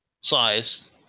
size